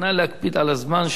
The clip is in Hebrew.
נא להקפיד על הזמן,